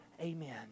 Amen